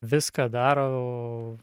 viską daro